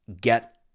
Get